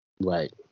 Right